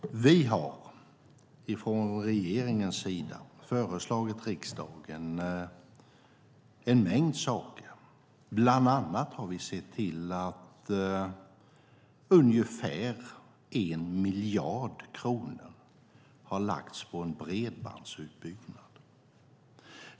Herr talman! Vi har från regeringens sida föreslagit riksdagen en mängd saker. Bland annat har vi sett till att ungefär 1 miljard kronor har lagts på en bredbandsutbyggnad.